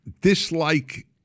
dislike